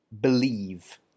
believe